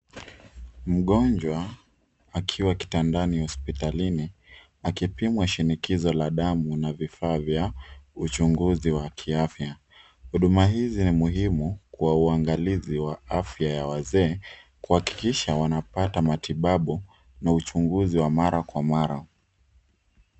Mgonjwa akiwa kitandani hospitalini, akipimwa shinikizo la damu na vifaa vya uchunguzi wa kiafya. Huduma hizi ni muhimu kwa uangalizi wa afya ya wazee, kuhakikisha wanapata matibabu na uchunguzi wa mara kwa mara.